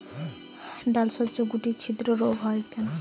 ডালশস্যর শুটি ছিদ্র রোগ হয় কেন?